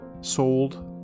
sold